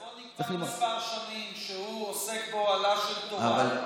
בוא נקבע מספר שנים שבהן שהוא עוסק באוהלה של תורה,